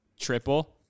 triple